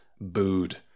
booed